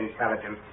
intelligence